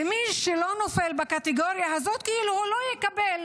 מי שלא נופל בקטגוריה הזאת לא יקבל.